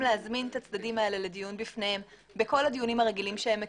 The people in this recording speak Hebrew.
להזמין את הצדדים האלה לדיון בפניהם בכל הדיונים הרגילים שהם מקיימים.